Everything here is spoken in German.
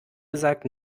gesagt